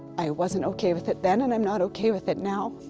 i wasn't okay with it then and i'm not okay with it now.